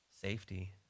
safety